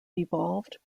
devolved